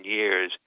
years